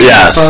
Yes